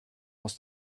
aus